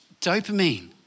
dopamine